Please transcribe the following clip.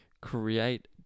create